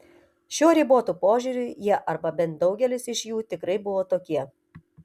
šiuo ribotu požiūriu jie arba bent daugelis iš jų tikrai buvo tokie